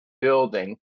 building